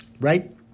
right